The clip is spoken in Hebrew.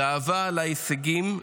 גאווה על ההישגים